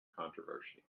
controversy